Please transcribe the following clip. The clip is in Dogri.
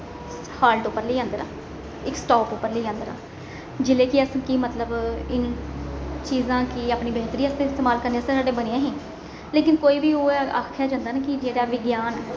हाल्ट उप्पर लेई आंदे दा इक स्टाप उप्पर लेई आंदे दा जिसले कि अस कि मतलब इन चीजां गी अपनी बेहतरी आस्तै इस्तामल करने आस्तै बनी ही लेकिन कोई बी ओह् आखेआ जंदा नी जेह्ड़ा विज्ञान